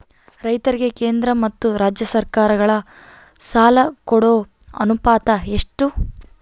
ರೈತರಿಗೆ ಕೇಂದ್ರ ಮತ್ತು ರಾಜ್ಯ ಸರಕಾರಗಳ ಸಾಲ ಕೊಡೋ ಅನುಪಾತ ಎಷ್ಟು?